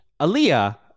Aaliyah